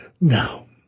No